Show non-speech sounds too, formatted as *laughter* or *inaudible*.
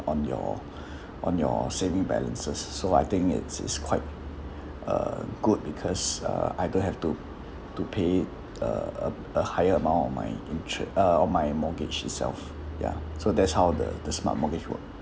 on your *breath* on your saving balances s~ so I think it's it's quite uh good because uh I don't have to to pay uh a a higher amount of my interest uh of my mortgage itself ya so that's how the the smart mortgage work